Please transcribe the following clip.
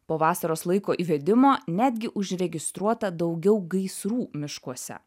po vasaros laiko įvedimo netgi užregistruota daugiau gaisrų miškuose